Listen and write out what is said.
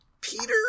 Peter